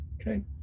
Okay